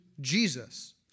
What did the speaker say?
Jesus